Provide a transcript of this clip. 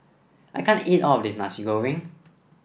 I can't eat all of this Nasi Goreng